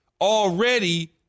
already